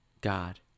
God